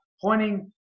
pointing